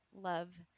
love